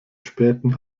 späten